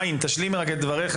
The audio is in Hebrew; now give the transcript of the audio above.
ע', תשלים את דברייך.